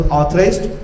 authorized